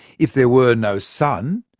if there were no sun,